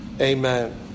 Amen